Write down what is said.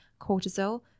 cortisol